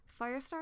Firestar